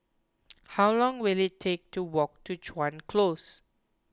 how long will it take to walk to Chuan Close